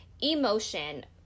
emotion